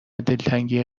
دلتنگی